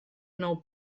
nou